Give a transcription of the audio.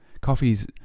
coffee's